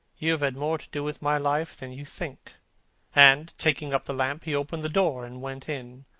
you have had more to do with my life than you think and, taking up the lamp, he opened the door and went in.